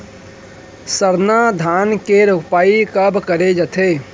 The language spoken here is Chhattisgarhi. सरना धान के रोपाई कब करे जाथे?